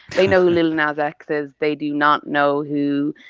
they know who lil nas x is. they do not know who,